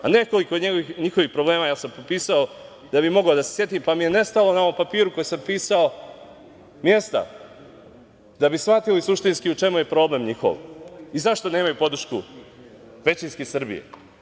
Nekoliko njihovih problema, ja sam pisao da bih mogao da se setim, pa mi je nestalo mesta na ovom papiru na kom sam pisao, a da bi shvatili suštinski u čemu je njihov problem i zašto nemaju podršku većinske Srbije.